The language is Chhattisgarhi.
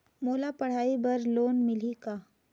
मोला पढ़ाई बर लोन मिलही का?